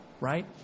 right